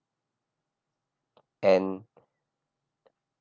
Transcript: and